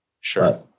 Sure